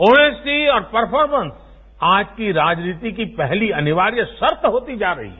honesty और performance आज राजनीति की पहली अनिवार्य शर्त होती जा रही है